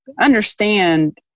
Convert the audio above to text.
understand